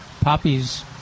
Poppies